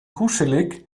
kuschelig